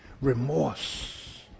remorse